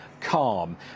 calm